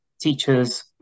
teachers